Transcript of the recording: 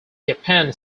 japan